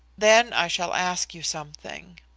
then i shall ask you something.